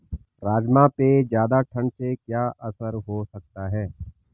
राजमा पे ज़्यादा ठण्ड से क्या असर हो सकता है?